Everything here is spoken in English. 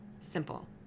simple